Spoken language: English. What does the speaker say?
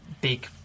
big